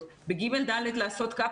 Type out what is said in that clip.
בהסעות.